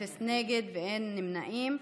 אפס נגד ואין נמנעים.